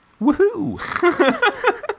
Woohoo